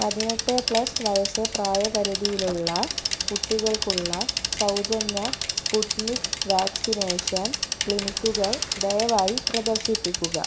പതിനെട്ട് പ്ലസ് വയസ്സ് പ്രായപരിധിയിലുള്ള കുട്ടികൾക്കുള്ള സൗജന്യ സ്പുട്നിക് വാക്സിനേഷൻ ക്ലിനിക്കുകൾ ദയവായി പ്രദർശിപ്പിക്കുക